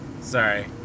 sorry